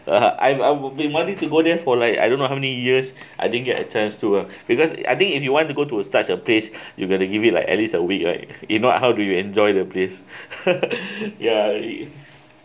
(uh huh) I I would been want it to go there for like I don't know how many years I didn't get a chance to uh because I think if you want to go to such a place you gotta give it like at least a week right if not how do you enjoy the place ya